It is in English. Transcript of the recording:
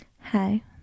hi